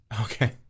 Okay